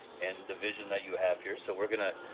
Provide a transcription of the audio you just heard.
and the vision that you have here. so we're gonna,